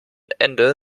ende